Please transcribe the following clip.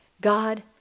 God